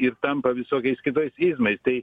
ir tampa visokiais kitais izmais tai